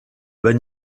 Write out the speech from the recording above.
bas